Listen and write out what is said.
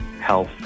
health